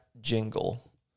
jingle